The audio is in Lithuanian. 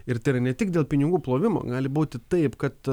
ir tai yra ne tik dėl pinigų plovimo gali būti taip kad